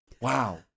Wow